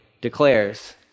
declares